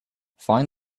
find